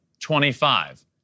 25